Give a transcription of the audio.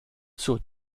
zur